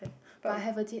but